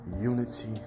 unity